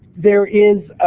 there is